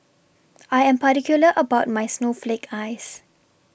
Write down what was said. I Am particular about My Snowflake Ice